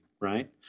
right